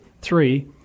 three